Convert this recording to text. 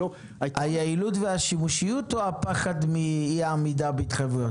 היעילות והשימושיות או הפחד מאי עמידה בהתחייבויות?